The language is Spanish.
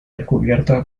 descubierta